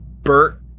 Bert